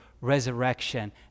resurrection